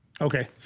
okay